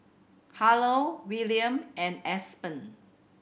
Harlow Wiliam and Aspen